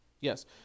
Yes